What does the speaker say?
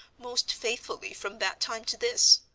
most faithfully from that time to this.